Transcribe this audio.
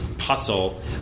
hustle